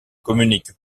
communique